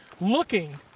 looking